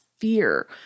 fear